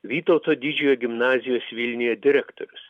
vytauto didžiojo gimnazijos vilniuje direktorius